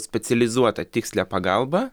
specializuotą tikslią pagalbą